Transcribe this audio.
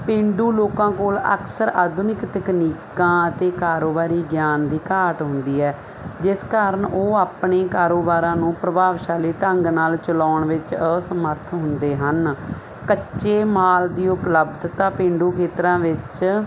ਪੇਂਡੂ ਲੋਕਾਂ ਕੋਲ ਅਕਸਰ ਆਧੁਨਿਕ ਤਕਨੀਕਾਂ ਅਤੇ ਕਾਰੋਬਾਰੀ ਗਿਆਨ ਦੀ ਘਾਟ ਹੁੰਦੀ ਹੈ ਜਿਸ ਕਾਰਨ ਉਹ ਆਪਣੇ ਕਾਰੋਬਾਰਾਂ ਨੂੰ ਪ੍ਰਭਾਵਸ਼ਾਲੀ ਢੰਗ ਨਾਲ ਚਲਾਉਣ ਵਿੱਚ ਅਸਮਰਥ ਹੁੰਦੇ ਹਨ ਕੱਚੇ ਮਾਲ ਦੀ ਉਪਲਬਧਤਾ ਪੇਂਡੂ ਖੇਤਰਾਂ ਵਿੱਚ